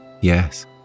yes